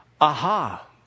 aha